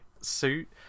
suit